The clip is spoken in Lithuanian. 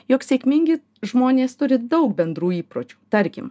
jog sėkmingi žmonės turi daug bendrų įpročių tarkim